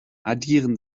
addieren